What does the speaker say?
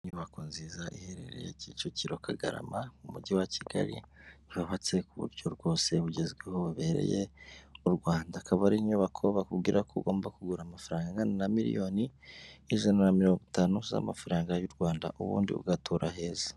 Inyubako nziza iherereye Kicukiro kagarama mu mujyi wa kigali yubatse ku buryo rwose bugezweho bubereye u Rwanda. Akaba ari inyubako bakubwira ko ugomba kugura amafaranga angana na miriyoni ijana na mirongo itanu z'amafaranga y'u Rwanda ubundi ugatura heza.